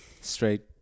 Straight